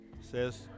says